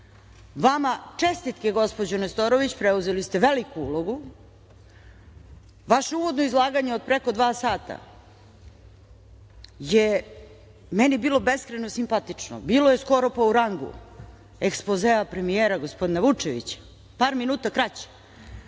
Vama čestitke, gospođo Nestorović, preuzeli ste veliku ulogu. Vaše uvodno izlaganje od preko dva sata je meni bilo beskrajno simpatično. Bilo je skoro pa u rangu ekspozea premijera gospodina Vučevića, par minuta kraće,